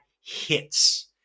hits